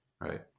right